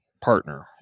partner